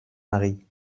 marie